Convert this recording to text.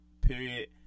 period